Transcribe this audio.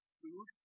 food